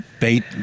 bait